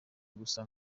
gusa